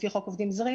לפי חוק עובדים זרים